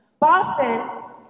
Boston